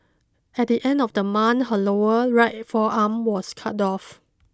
at the end of the month her lower right forearm was cut off